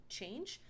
change